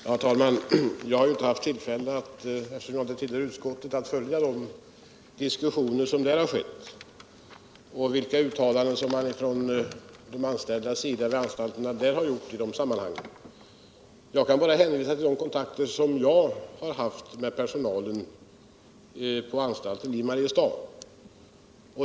Herr talman! Jag har ju inte haft tillfälle, eftersom jag inte tillhör utskottet, att följa de diskussioner som där har förts och vilka uttalanden man där har gjort från de anställdas sida. Jag kan bara hänvisa till de kontakter jag har haft med personalen på anstalten i Mariestad.